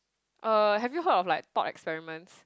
uh have you heard of like thought experiments